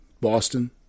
Boston